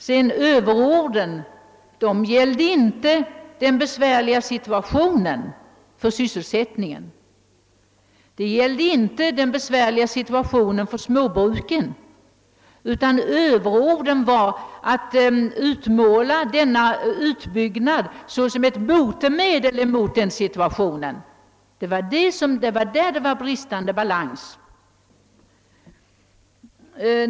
Talet om överord gällde inte herr Skoglunds tal om besvärligheterna i situationen för sysselsättningen totalt och inte den besvärliga situationen för småbruken, utan överorden låg i utmålandet av Vindelälvsbygget som andel av ett botemedel mot situationen. Det var där det var bristande balans.